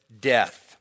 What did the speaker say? death